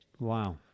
Wow